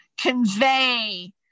convey